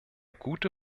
gute